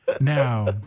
Now